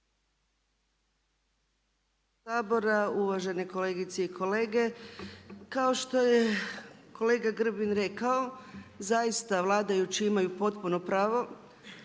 uvažene kolegice i kolege. Kao što je kolega Grbin rekao, zaista vladajući imaju potpuno pravo